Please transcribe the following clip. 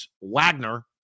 Wagner